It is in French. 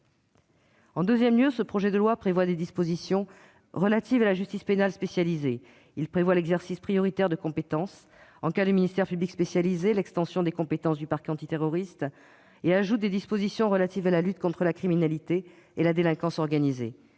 Par ailleurs, ce projet de loi prévoit des dispositions relatives à la justice pénale spécialisée. Il prévoit l'exercice prioritaire de compétence en cas de ministère public spécialisé et l'extension des compétences du parquet antiterroriste, et comporte des dispositions relatives à la lutte contre la criminalité et la délinquance organisées,